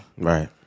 Right